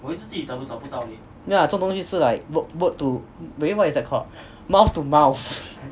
没有啦这种东西是 like word word to eh what is that called mouth to mouth